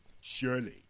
surely